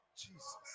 jesus